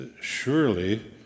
surely